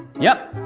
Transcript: yep.